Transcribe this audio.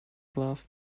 glove